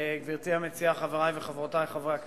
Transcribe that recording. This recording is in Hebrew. גברתי המציעה, חברי וחברותי חברי הכנסת,